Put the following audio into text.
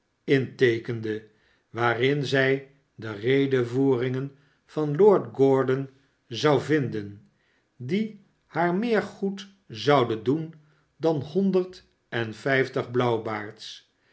inteekende waarin zij de redevoeringen van lord gordon zou vinden die haar meer goed zouden doen dan honderd en vijftig